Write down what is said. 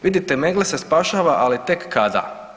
Vidite Meggle se spašava ali tek kada?